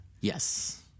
Yes